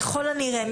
ככל הנראה,